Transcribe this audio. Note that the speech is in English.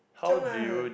chiong ah